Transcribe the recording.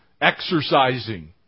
exercising